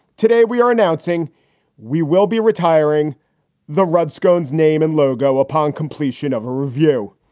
today we are announcing we will be retiring the redskins name and logo upon completion of a review.